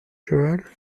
cheval